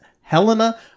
Helena